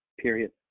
period